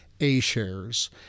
A-shares